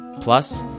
Plus